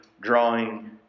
drawing